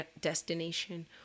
destination